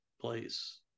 place